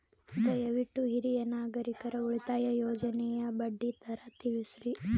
ದಯವಿಟ್ಟು ಹಿರಿಯ ನಾಗರಿಕರ ಉಳಿತಾಯ ಯೋಜನೆಯ ಬಡ್ಡಿ ದರ ತಿಳಸ್ರಿ